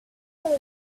with